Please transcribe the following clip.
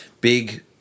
Big